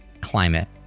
climate